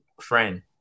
friend